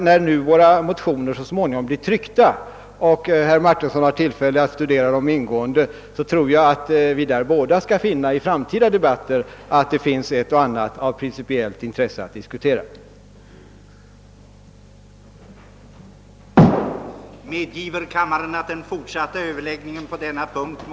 När nu våra motioner så småningom blir tryckta och herr Martinsson har tillfälle att studera dem ingående tror jag att vi båda kommer att finna, att det finns ett och annat av principiellt intresse att diskutera i framtida debatter. Undertecknad får härmed hemställa om befrielse från uppdraget att vara ledamot av talmanskonferensen.